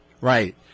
Right